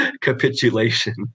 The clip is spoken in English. capitulation